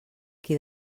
qui